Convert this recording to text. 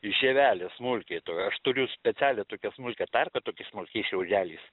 žievelė smulkiai aš turiu specialią tokią smulkią tarką tokiais smulkiais šiaudeliais